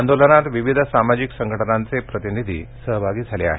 आंदोलनात विविध सामाजिक संघटनांचे प्रतिनिधी सहभागी झाले आहेत